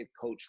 coach